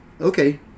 Okay